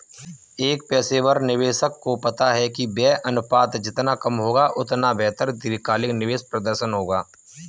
एक पेशेवर निवेशक को पता है कि व्यय अनुपात जितना कम होगा, उतना बेहतर दीर्घकालिक निवेश प्रदर्शन होगा